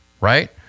right